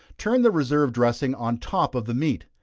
turn the reserved dressing on top of the meat,